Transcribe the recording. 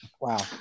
Wow